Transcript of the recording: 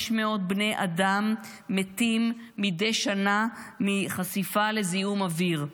בני אדם מתים מדי שנה מחשיפה לזיהום אוויר.